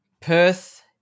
Perth